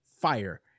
fire